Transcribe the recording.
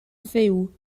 fyw